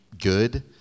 good